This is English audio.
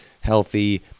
healthy